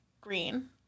green